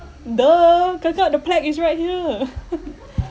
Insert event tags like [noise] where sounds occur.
!duh! kakak the plaque is right here [laughs]